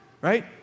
right